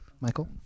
michael